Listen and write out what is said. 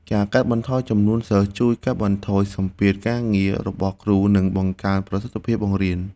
ការកាត់បន្ថយចំនួនសិស្សជួយកាត់បន្ថយសម្ពាធការងាររបស់គ្រូនិងបង្កើនប្រសិទ្ធភាពបង្រៀន។